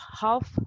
half